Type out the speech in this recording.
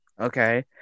Okay